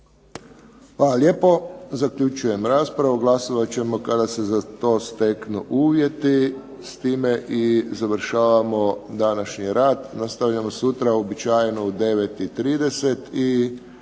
Hvala lijepo. Zaključujem raspravu. Glasovat ćemo kada se za to steknu uvjeti. S time i završavamo današnji rad. Nastavljamo sutra u uobičajeno u 9,30.